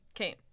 Okay